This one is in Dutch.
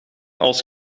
als